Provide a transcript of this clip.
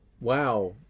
Wow